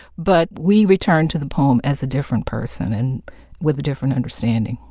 but we return to the poem as a different person and with a different understanding.